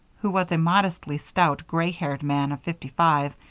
who was a moderately stout, gray-haired man of fifty-five,